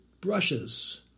brushes